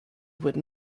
would